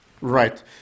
right